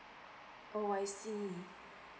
oh I see